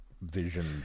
vision